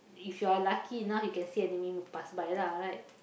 if you are lucky enough you can see enemy move passed by lah right